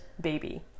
baby